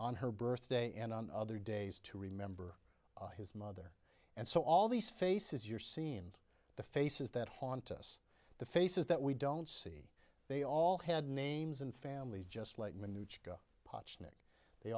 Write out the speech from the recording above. on her birthday and on other days to remember his mother and so all these faces you're seen the faces that haunt us the faces that we don't see they all had names and families just like